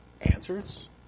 answers